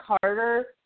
Carter